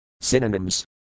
Synonyms